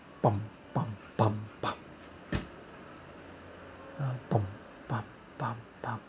pom pom pom pom pom